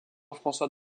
françois